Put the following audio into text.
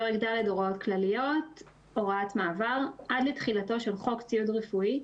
הוראת מעבר 12. עד לתחילתו של חוק ציוד רפואי,